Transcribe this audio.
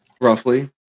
roughly